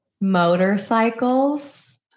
Motorcycles